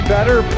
Better